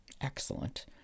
Excellent